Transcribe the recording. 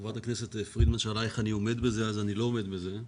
חברת הכנסת פרידמן שאלה איך אני עומד בזה אני לא עומד בזה.